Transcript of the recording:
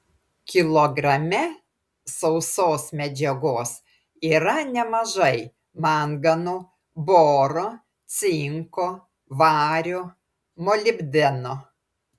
kilograme sausos medžiagos yra nemažai mangano boro cinko vario molibdeno